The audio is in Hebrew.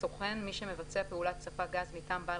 "סוכן"- מי שמבצע פעולת ספק גז מטעם בעל